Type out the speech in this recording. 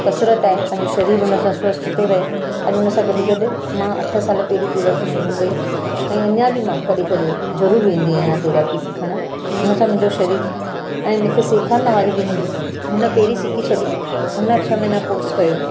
कसरत आहे पंहिंजो शरीर हिन सां स्वस्थ थो रहे ऐं उन सां गॾु गॾु मां अठ साल पहिरीं तैराकी शुरू कई ऐं अञा बि मां कॾहिं कॾहिं जरूरु वेंदी आहियां तैराकी सिखण उनसां मुंहिंजो शरीरु ऐं मूंखे सेखारण वारी बि मुंहिंजी धीउ हुन पहिरीं सिखी छॾी उन छह महीना कोर्स कयो